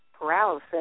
paralysis